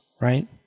right